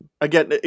Again